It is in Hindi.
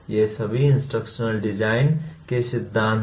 ये सभी इंस्ट्रक्शनल डिजाइन के सिद्धांत हैं